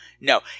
no